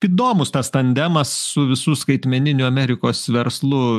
įdomūs tas tandemas su visu skaitmeninio amerikos verslu